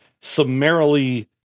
summarily